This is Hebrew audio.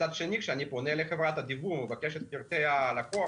מצד שני כשאני פונה לחברת הדיוור ומבקש את פרטי הלקוח